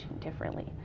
differently